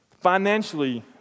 Financially